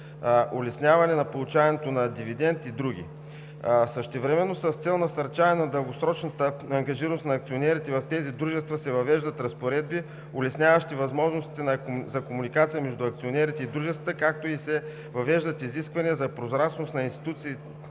улесняване на получаването на дивидент и други. Същевременно с цел насърчаване на дългосрочната ангажираност на акционерите в тези дружества се въвеждат разпоредби, улесняващи възможностите за комуникация между акционерите и дружествата, както и се въвеждат изисквания за прозрачност на институционалните